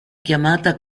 chiamata